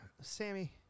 sammy